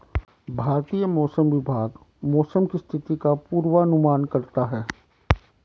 भारतीय मौसम विभाग मौसम की स्थिति का पूर्वानुमान करता है